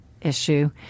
issue